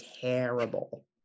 terrible